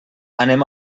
anem